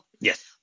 yes